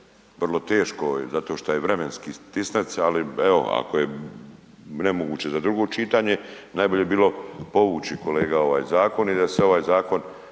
vrlo teško zato šta je vremenski tisnac, ali evo ako je nemoguće za drugo čitanje najbolje bi bilo povući kolega ovaj zakon i da se ovaj zakon